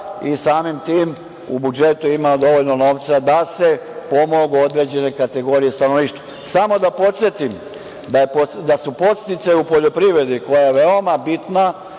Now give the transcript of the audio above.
i samim tim, u budžetu ima dovoljno novca da se pomognu određene kategorije stanovništva. Samo da podsetim da su podsticaji u poljoprivredi, koja je veoma bitna,